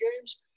games